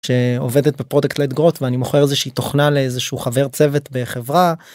עובדת ב product led growth ואני מוכר איזושהי תוכנה לאיזשהו חבר צוות בחברה.